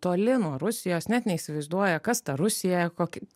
toli nuo rusijos net neįsivaizduoja kas ta rusija kokį